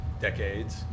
decades